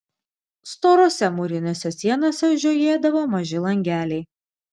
storose mūrinėse sienose žiojėdavo maži langeliai